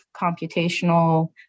computational